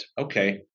okay